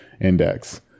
index